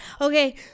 okay